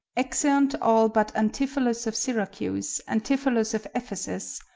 exeunt all but antipholus of syracuse, antipholus of ephesus,